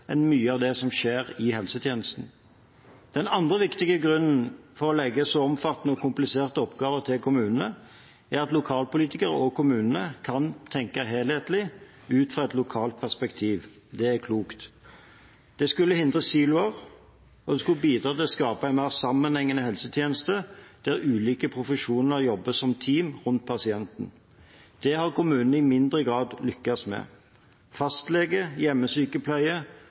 enn mye av det som skjer i helsetjenesten. Den andre viktige grunnen for å legge så omfattende og kompliserte oppgaver til kommunene er at lokalpolitikere og kommunene kan tenke helhetlig ut fra et lokalt perspektiv. Det er klokt. Det skulle hindre siloer, og det skulle bidra til å skape en mer sammenhengende helsetjeneste der ulike profesjoner jobbet som team rundt pasienten. Det har kommunene i mindre grad lyktes med. Fastlege, hjemmesykepleie,